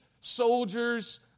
soldiers